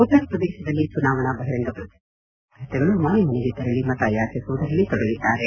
ಉತ್ತರ ಪ್ರದೇಶದಲ್ಲಿ ಚುನಾವಣಾ ಬಹಿರಂಗ ಶ್ರಚಾರ ಮುಗಿದ ನಂತರ ಈಗ ಅಭ್ವರ್ಥಿಗಳು ಮನೆ ಮನೆಗೆ ತೆರಳಿ ಮತ ಯಾಚಿಸುವುದರಲ್ಲಿ ತೊಡಗಿದ್ದಾರೆ